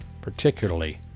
particularly